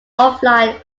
offline